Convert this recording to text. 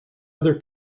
other